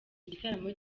igitaramo